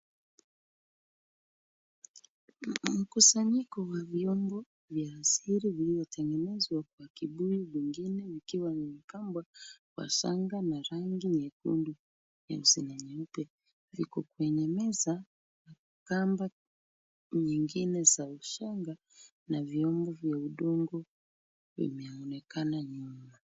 Mkusanyiko wa vyombo vya asili viliyotengenezwa kwa kibuyu, vingine ikiwa na kamba wa shanga na rangi nyekundu, nyeusi na nyeupe ziko kwenye meza na kamba nyingine za ushanga na viungo vya udongo vimeonekana nyuma.